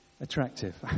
attractive